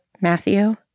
Matthew